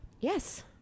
Yes